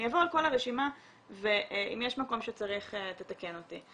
אני אעבור על כל הרשימה ואם יש מקום שצריך תתקן אותי.